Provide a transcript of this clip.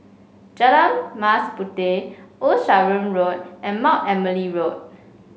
Jalan Mas Puteh Old Sarum Road and Mount Emily Road